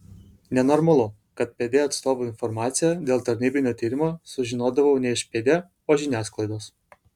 nenormalu kad pd atstovų informaciją dėl tarnybinio tyrimo sužinodavau ne iš pd o žiniasklaidos